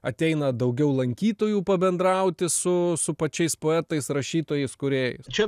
ateina daugiau lankytojų pabendrauti su su pačiais poetais rašytojais kurie čia